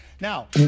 Now